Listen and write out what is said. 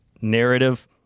narrative